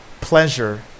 pleasure